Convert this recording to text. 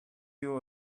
you